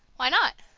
why not?